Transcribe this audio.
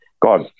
God